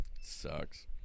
Sucks